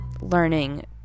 learning